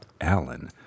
Allen